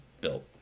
built